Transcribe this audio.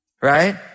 right